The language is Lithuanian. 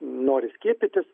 nori skiepytis